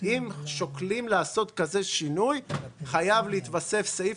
אם שוקלים לעשות כזה שינוי חייב להתווסף סעיף.